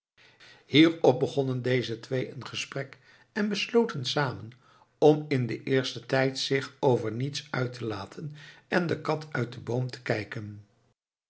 hierop begonnen deze twee een gesprek en besloten samen om in den eersten tijd zich over niets uit te laten en de kat uit den boom te kijken